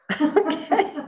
Okay